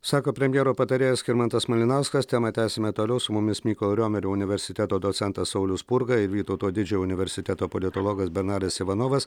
sako premjero patarėjas skirmantas malinauskas temą tęsime toliau su mumis mykolo riomerio universiteto docentas saulius spurga ir vytauto didžiojo universiteto politologas bernaras ivanovas